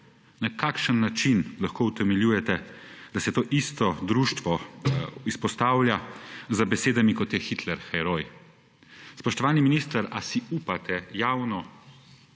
Na kakšen način lahko utemeljujete, da se to isto društvo izpostavlja z besedami, kot je »Hitler heroj«? Spoštovani minister: Ali si upate javno